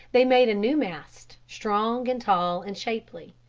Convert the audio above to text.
they made a new mast, strong and tall and shapely.